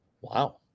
Wow